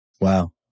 Wow